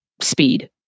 speed